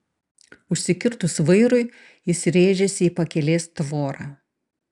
užsikirtus vairui jis rėžėsi į pakelės tvorą